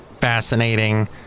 fascinating